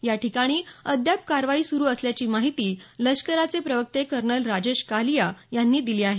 या ठिकाणी अद्याप कारवाई सुरू असल्याची माहिती लष्कराचे प्रवक्ते कर्नल राजेश कालिया यांनी दिली आहे